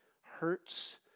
hurts